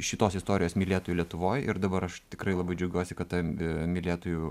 šitos istorijos mylėtojų lietuvoj ir dabar aš tikrai labai džiaugiuosi kad ta mylėtojų